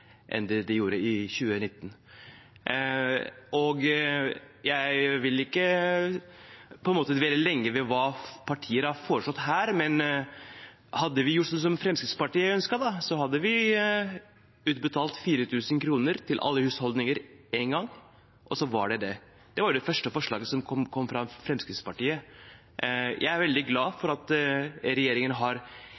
i 2019, nå når folk får støtte. Jeg vil ikke dvele lenge ved hva partier har foreslått her, men hadde vi gjort som Fremskrittspartiet ønsket, hadde vi utbetalt 4 000 kr til alle husholdninger én gang, og det var det. Det var det første forslaget som kom fra Fremskrittspartiet. Jeg er veldig glad